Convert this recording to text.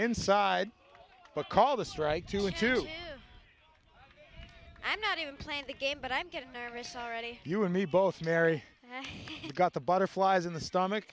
inside a call the strike to a two and not even playing the game but i'm getting nervous already you and me both mary got the butterflies in the stomach